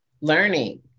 learning